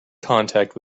contact